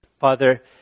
Father